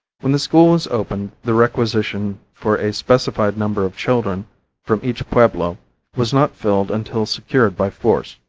when the school was opened the requisition for a specified number of children from each pueblo was not filled until secured by force.